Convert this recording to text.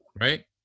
right